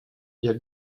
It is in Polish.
jak